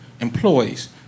employees